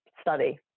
study